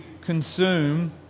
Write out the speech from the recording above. consume